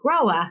grower